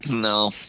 No